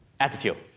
attitude.